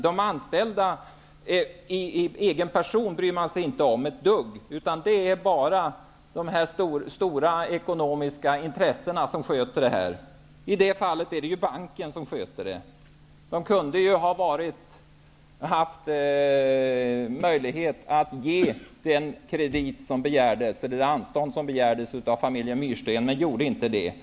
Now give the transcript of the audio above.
De anställda själva bryr man sig inte ett dugg om. Det är bara de stora ekonomiska intressena som sköter detta som det handlar om. I det här fallet gäller det banken. Man hade ju kunnat bevilja det anstånd som begärdes av familjen Myrsten. Det gjorde man emellertid inte.